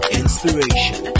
inspiration